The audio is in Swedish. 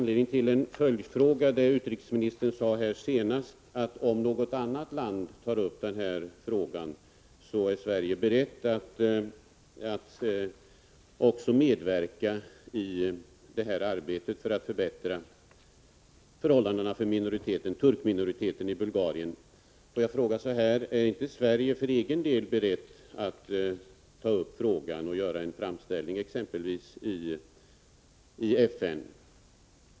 Det utrikesministern sade senast, att om något annat land tar upp denna fråga så är Sverige berett att medverka i arbetet för att förbättra förhållandena för turkminoriteten i Bulgarien, ger mig dock anledning till en följdfråga: Är inte Sverige berett att för egen del ta upp frågan och göra en framställning, exempelvis i FN?